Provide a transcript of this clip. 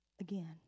again